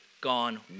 gone